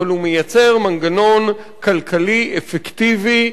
אבל הוא מייצר מנגנון כלכלי אפקטיבי,